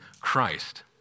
Christ